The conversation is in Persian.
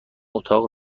اتاق